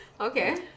Okay